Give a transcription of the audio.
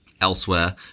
Elsewhere